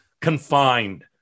confined